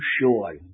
sure